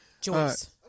Joyce